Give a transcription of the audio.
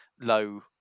low